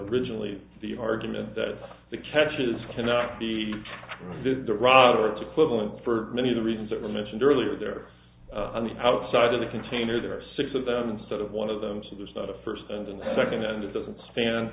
originally the argument that the catches cannot be did the rod or its equivalent for many of the reasons that were mentioned earlier they're on the outside of the container there are six of them instead of one of them so there's not a first and in the second and it doesn't span